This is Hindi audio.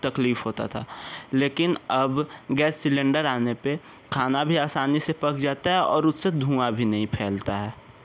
तकलीफ़ होता था लेकिन अब गैस सिलेंडर आने पे खाना भी आसानी से पक जाता है और उससे धुआँ भी नहीं फैलता है